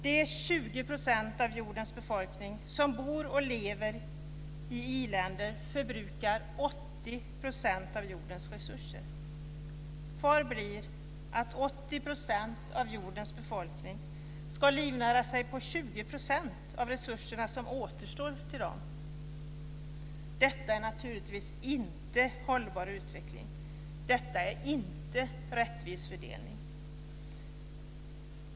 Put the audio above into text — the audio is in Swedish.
De 20 % av jordens befolkning som bor och lever i i-länder förbrukar 80 % av jordens resurser. Kvar blir 80 % av jordens befolkning som ska livnära sig på de 20 % av resurserna som återstår. Detta är naturligtvis inte hållbar utveckling. Detta är inte rättvis fördelning.